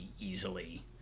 easily